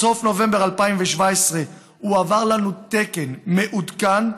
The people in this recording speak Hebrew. בסוף נובמבר 2017 הועבר לנו תקן מעודכן,